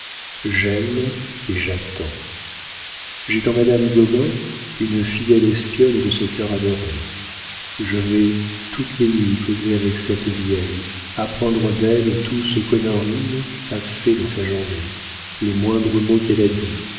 j'aime et j'attends j'ai dans madame gobain une fidèle espionne de ce cœur adoré je vais toutes les nuits causer avec cette vieille apprendre d'elle tout ce qu'honorine a fait dans sa journée les moindres mots qu'elle a dits